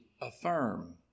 affirm